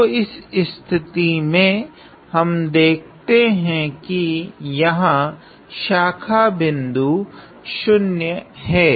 तो इस स्थिती में हम देखते हैं कि यहाँ शाखा बिन्दु 0 हैं